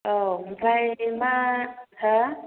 अ' ओमफ्राय मा हो